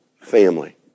family